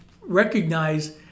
recognize